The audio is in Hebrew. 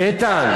איתן.